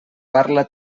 parla